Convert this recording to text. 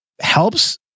helps